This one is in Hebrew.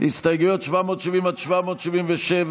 הסתייגויות 770 777,